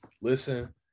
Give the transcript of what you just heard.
listen